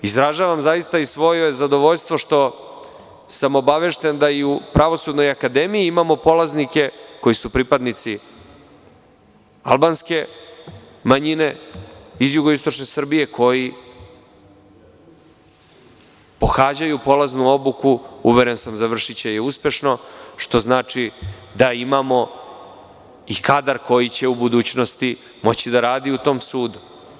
Izražavam zaista i svoje zadovoljstvo što sam obavešten da i u pravosudnoj akademiji imamo polaznike koji su pripadnici albanske manjine iz jugoistične Srbije koji pohađaju polaznu obuku, uveren sam završiće je uspešno, što znači, da imamo i kadar koji će u budućnosti moći da radi u tom sudu.